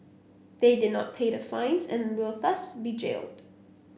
they did not pay the fines and will thus be jailed